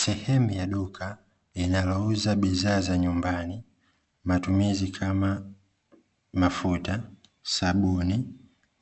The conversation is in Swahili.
Sehemu ya duka inalouza bidhaa za nyumbani matumizi kama mafuta, sabuni,